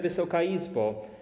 Wysoka Izbo!